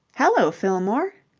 hallo, fillmore!